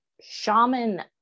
shaman